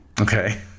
okay